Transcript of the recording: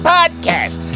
Podcast